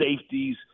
safeties